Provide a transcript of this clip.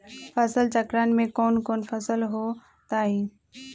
फसल चक्रण में कौन कौन फसल हो ताई?